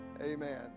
Amen